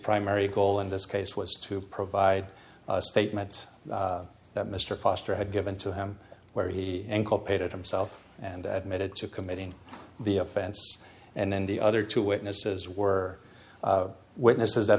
primary goal in this case was to provide a statement that mr foster had given to him where he inculpated himself and methods of committing the offense and then the other two witnesses were witnesses that